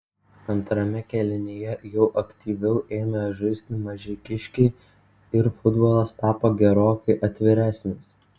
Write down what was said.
antrame kėlinyje jau aktyviau ėmė žaisti mažeikiškiai ir futbolas tapo gerokai atviresnis